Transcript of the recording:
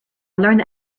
learned